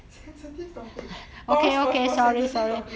sensitive topic pause pasue sensitive topic